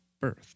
birth